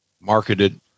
marketed